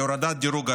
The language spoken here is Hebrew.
הורדת דירוג האשראי.